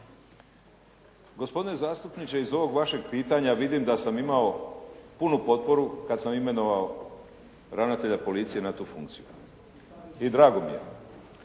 Gospodine zastupniče iz ovog vašeg pitanja vidim da sam imao punu potporu kada sam imenovao ravnatelja policije na tu funkciju. I drago mi je.